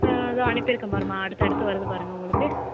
ஆ இதோ அனுப்பிருக்கேன் பாரும்மா அடுத்தடுத்து வருது பாருங்கள் உங்களுக்கு